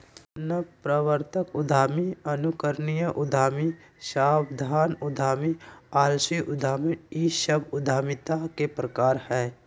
नवप्रवर्तक उद्यमी, अनुकरणीय उद्यमी, सावधान उद्यमी, आलसी उद्यमी इ सब उद्यमिता के प्रकार हइ